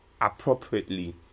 appropriately